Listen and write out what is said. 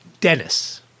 Dennis